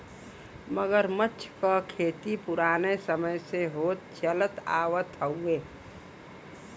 मगरमच्छ क खेती पुराने समय से होत चलत आवत हउवे